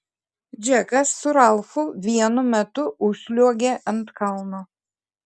džekas su ralfu vienu metu užsliuogė ant kalno